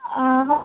آ ہاں